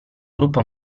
gruppo